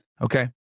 okay